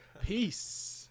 Peace